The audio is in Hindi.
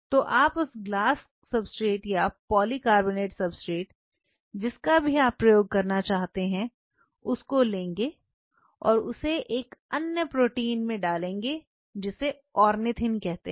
तो आप उस ग्लास सबस्ट्रेट या पॉलीकार्बोनेट सबस्ट्रेट जिसका भी आप प्रयोग करना चाहते हैं उस को लेंगे और उसे एक अन्य प्रोटीन में डालेंगे जिसे ऑर्निथिन कहते हैं